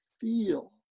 feel